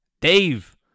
Dave